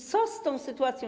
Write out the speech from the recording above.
Co z tą sytuacją?